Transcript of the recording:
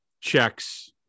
checks